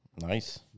Nice